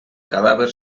cadàver